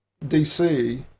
DC